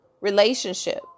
relationship